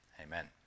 Amen